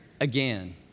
again